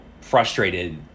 frustrated